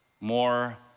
more